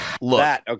look